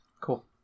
Cool